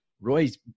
Roy's